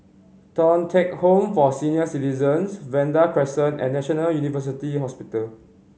Thong Teck Home for Senior Citizens Vanda Crescent and National University Hospital